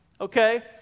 Okay